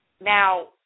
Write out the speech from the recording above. Now